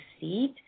seed